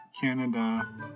Canada